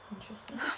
Interesting